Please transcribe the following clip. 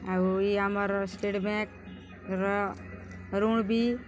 ଆଉ ଇ ଆମର୍ ଷ୍ଟେଟ୍ ବ୍ୟାଙ୍କ୍ର ଋଣ୍ ବି